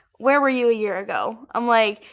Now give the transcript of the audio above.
where were you a year ago? i'm like,